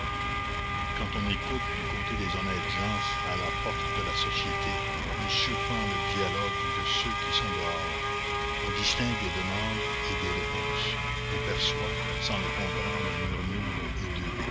quand on écoute du côté des honnêtes gens à la porte de la société on surprend le dialogue de ceux qui sont dehors on distingue des demandes et des réponses on perçoit sans le comprendre un murmure hideux